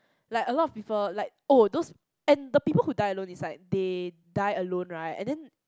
like a lot of people like oh those and the people who die alone is like they die alone right and then